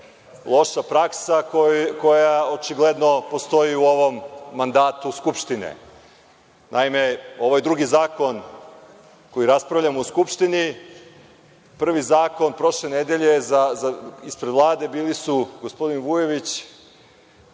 loša praksa, koja očigledno postoji u ovom mandatu Skupštine. Naime, ovo je drugi zakon koji raspravljamo u Skupštini. Prvi zakon, prošle nedelje, ispred Vlade bili su gospodin Vujović,